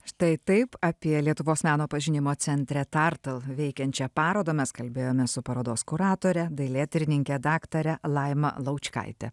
štai taip apie lietuvos meno pažinimo centre tartl veikiančią parodą mes kalbėjomės su parodos kuratore dailėtyrininke daktare laima laučkaite